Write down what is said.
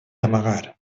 amagar